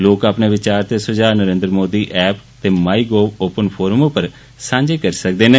लोक अपने विचार ते सुझाऽ नरेन्द्र मोदी ऐप्प ते माई गोव ओपन फोरम पर सांझे करी सकदे न